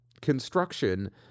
construction